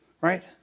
right